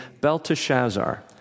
Belteshazzar